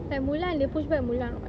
like mulan they pushed back mulan [what]